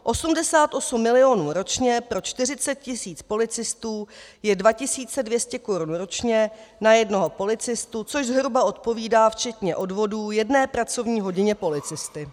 88 milionů ročně pro 40 tisíc policistů je 2 200 korun ročně na jednoho policistu, což zhruba odpovídá včetně odvodů jedné pracovní hodině policisty.